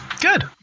Good